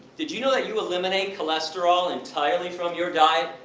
did you know that you eliminate cholesterol entirely from your diet.